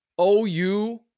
OU